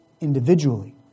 individually